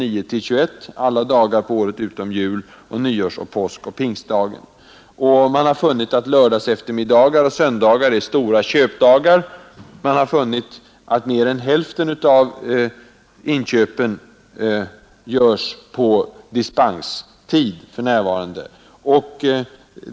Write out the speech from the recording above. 9 till kl. 21 alla dagar på året utom jul-, nyårs-, påskoch pingstdagen. Man har funnit att lördagseftermiddagar och söndagar är stora köpdagar och att mer än hälften av inköpen för närvarande görs på dispenstid.